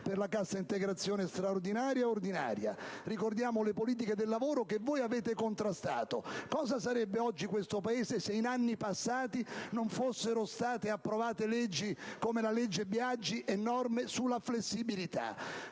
per la cassa integrazione, straordinaria e ordinaria, e le politiche del lavoro che voi avete contrastato. Cosa sarebbe oggi questo Paese se in anni passati non fossero state approvate leggi come la legge Biagi e norme sulla flessibilità?